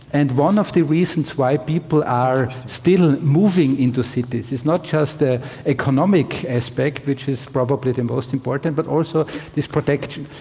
and one of the reasons why people are still moving into cities is not just the economic aspect, which is probably the most important, but also is protection.